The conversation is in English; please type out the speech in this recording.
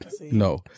No